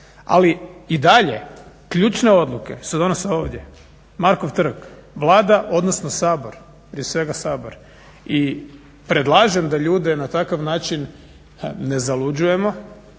Ali i dalje ključne odluke se donose ovdje, Markov trg, Vlada odnosno Sabor, prije svega Sabor. I predlažem da ljude na takav način ne zaluđujemo,